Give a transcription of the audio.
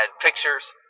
pictures